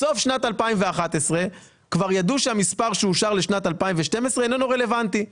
בסוף שנת 2011 כבר ידעו שהמספר שאושר לשנת 2012 איננו רלוונטי,